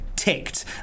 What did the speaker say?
ticked